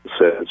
says